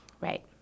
right